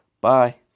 Bye